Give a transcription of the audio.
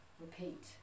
repeat